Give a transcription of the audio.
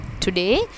Today